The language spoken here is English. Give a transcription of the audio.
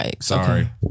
Sorry